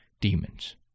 demons